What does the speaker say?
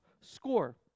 score